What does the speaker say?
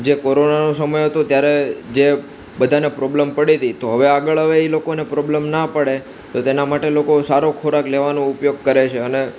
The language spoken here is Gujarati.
જે કોરોનાનો સમય હતો ત્યારે જે બધાને પ્રોબ્લમ પડી તી તો હવે આગળ હવે એ લોકોને પ્રોબ્લમ ના પડે તો તેના માટે લોકો સારો ખોરાક લેવાનું ઉપયોગ કરે છે અને